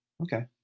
okay